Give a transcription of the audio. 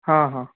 हां हां